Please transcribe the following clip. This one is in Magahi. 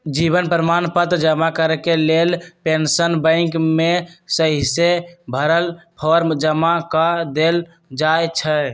जीवन प्रमाण पत्र जमा करेके लेल पेंशन बैंक में सहिसे भरल फॉर्म जमा कऽ देल जाइ छइ